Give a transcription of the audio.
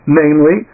namely